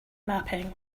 mapping